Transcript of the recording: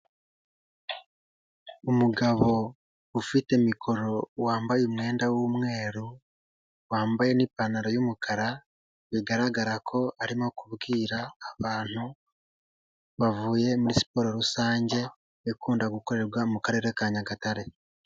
Umugabo ufite mikoro wambaye umwenda w'umweru, wambaye n'ipantaro y'umukara, bigaragara ko arimo kubwira abantu bavuye muri siporo rusange ikunda gukorerwa mu mukarere ka Nyagatare.